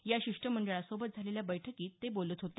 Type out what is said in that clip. या शिष्टमंडळासोबत झालेल्या बैठकीत ते बोलत होते